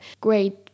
great